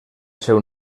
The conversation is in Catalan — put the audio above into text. seu